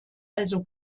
also